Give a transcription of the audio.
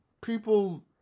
people